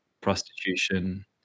prostitution